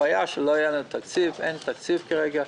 הבעיה, שאין תקציב כרגע.